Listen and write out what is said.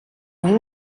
нэг